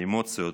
האמוציות